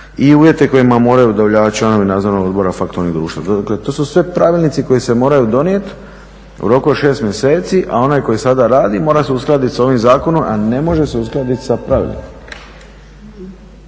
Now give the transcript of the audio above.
i uvjete kojima moraju … članovi nadzornog odbora faktoring društva. Dakle, to su sve pravilnici koji se moraju donijeti u roku od 6 mjeseci, a onaj koji sada radi mora se uskladiti s ovim zakonom, a ne može se uskladiti sa pravilnikom.